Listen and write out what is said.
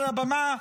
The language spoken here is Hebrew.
על הבמה,